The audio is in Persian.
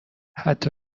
حتی